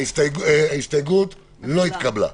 ההסתייגות לא התקבלה.